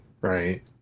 right